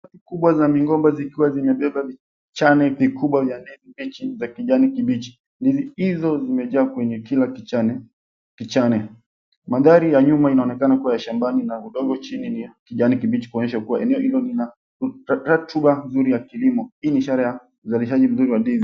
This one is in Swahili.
Kubwa za migomba zikiwa zimebeba vichane vya ndizi za kijani kibichi. Ndizi hizo kwenye kila kichane, maandhari ya nyuma yanaonekana kuwa y shambani na udongo chini ni wa kijani kibichi kuonyesh kuwa eneo hilo ni la rotuba nzuri ya kilimo, hii ni ishara ya uzalishaji mzuri wa ndizi.